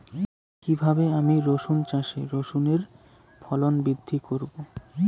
কীভাবে আমি রসুন চাষে রসুনের ফলন বৃদ্ধি করব?